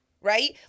right